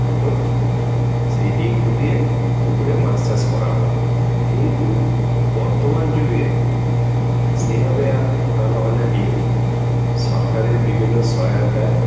হতো সেই ডিম ফুটিয়ে পুকুরে মাছ চাষ করা হতো কিন্তু বর্তমান যুগে সেইভাবে আর ফোটানো হয় না ডিম সরকারের বিভিন্ন সহায়তায়